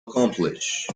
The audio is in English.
accomplish